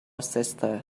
sister